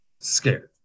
scared